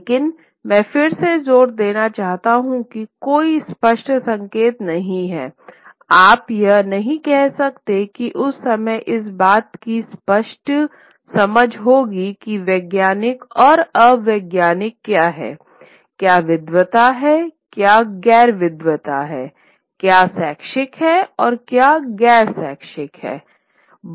लेकिन मैं फिर से जोर देना चाहता हूं कि कोई स्पष्ट संकेत नहीं है आप यह नहीं कह सकते कि उस समय इस बात की स्पष्ट समझ होंगी कि वैज्ञानिक और अवैज्ञानिक क्या है क्या विद्वता है क्या गैर विद्वता है क्या शैक्षिक है और क्या गैर शैक्षिक है